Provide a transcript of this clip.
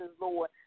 Lord